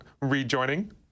rejoining